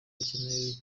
bakeneye